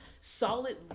solid